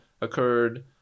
occurred